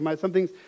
something's